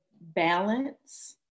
balance